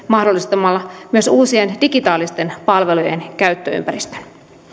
mahdollistamalla myös uusien digitaalisten palvelujen käyttöympäristön